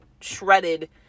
shredded